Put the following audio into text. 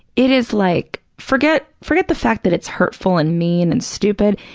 it is like, forget forget the fact that it's hurtful and mean and stupid.